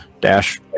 dash